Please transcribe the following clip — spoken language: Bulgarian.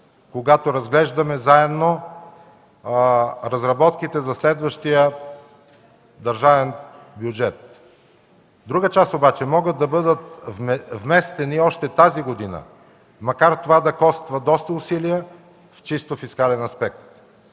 когато разглеждаме заедно разработките за следващия държавен бюджет. Друга част обаче могат да бъдат вместени още тази година, макар това да коства доста усилия в чисто фискален аспект.